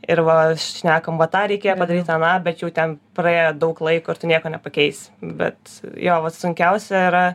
ir va šnekam va tą reikėjo padaryt aną bet jau ten praėjo daug laiko ir tu nieko nepakeis bet jo vat sunkiausia yra